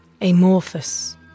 amorphous